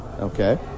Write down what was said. Okay